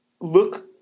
look